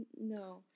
No